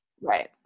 right